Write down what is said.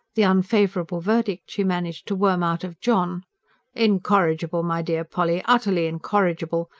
the unfavourable verdict she managed to worm out of john incorrigible, my dear polly utterly incorrigible!